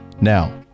Now